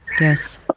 yes